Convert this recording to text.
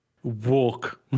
Walk